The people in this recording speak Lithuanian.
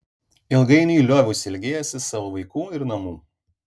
ilgainiui lioviausi ilgėjęsis savo vaikų ir namų